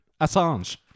Assange